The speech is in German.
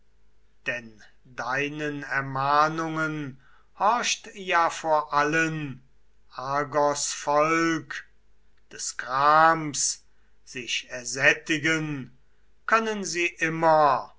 denn deinen ermahnungen horcht ja vor allen argos volk des grams sich ersättigen können sie immer